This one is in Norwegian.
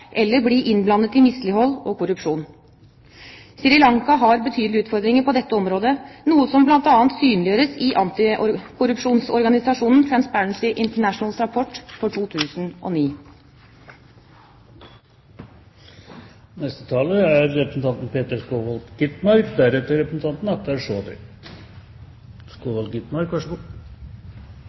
eller blir innblandet i mislighold og korrupsjon. Sri Lanka har betydelige utfordringer på dette området, noe som bl.a. synliggjøres i antikorrupsjonsorganisasjonen Transparency Internationals rapport for 2009.